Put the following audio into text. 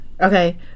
Okay